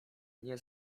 nie